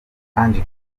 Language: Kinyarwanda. ange